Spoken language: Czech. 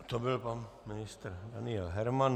To byl pan ministr Daniel Herman.